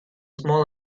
small